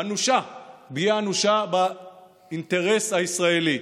אנושה באינטרס הישראלי.